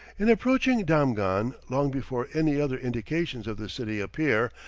in approaching damghan, long before any other indications of the city appear,